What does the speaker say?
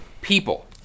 people